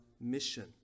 mission